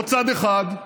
לא צד אחד,